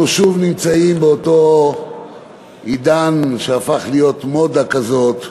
אנחנו שוב נמצאים באותו עידן שבו הפכה להיות מודה כזאת,